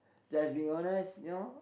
just be honest you know